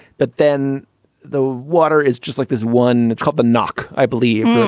but then the water is just like this one. it's called the nuck, i believe,